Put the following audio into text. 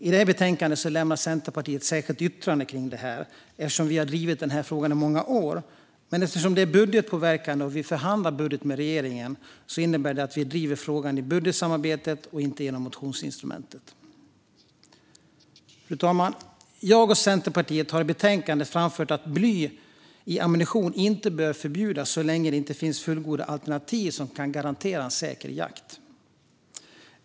I detta betänkande lämnar Centerpartiet ett särskilt yttrande kring detta eftersom vi drivit denna fråga i många år. Eftersom detta är budgetpåverkande och vi förhandlar budget med regeringen innebär det att vi driver frågan i budgetsamarbetet och inte genom motionsinstrumentet. Fru talman! Jag och Centerpartiet har i betänkandet framfört att bly i ammunition inte bör förbjudas så länge det inte finns fullgoda alternativ som kan garantera en säker jakt.